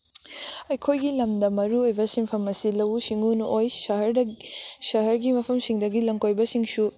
ꯑꯩꯈꯣꯏꯒꯤ ꯂꯝꯗ ꯃꯔꯨꯑꯣꯏꯕ ꯁꯤꯟꯐꯝ ꯑꯁꯤ ꯂꯧꯎ ꯁꯤꯡꯎꯅ ꯑꯣꯏ ꯁꯍꯔꯗ ꯁꯍꯔꯒꯤ ꯃꯐꯝꯁꯤꯡꯗꯒꯤ ꯂꯝꯀꯣꯏꯕꯁꯤꯡꯁꯨ